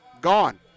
gone